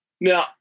Now